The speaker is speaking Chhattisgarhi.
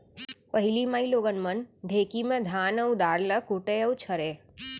पहिली माइलोगन मन ढेंकी म धान अउ दार ल कूटय अउ छरयँ